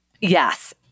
Yes